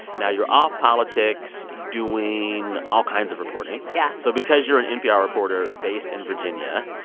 now you're off politics doing all kinds of reporting yeah so because you're an npr reporter based in virginia,